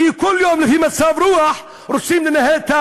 כי כל יום, לפי מצב רוח, רוצים לנהל.